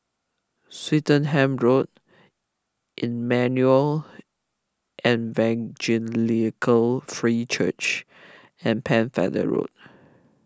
Swettenham Road Emmanuel Evangelical Free Church and Pennefather Road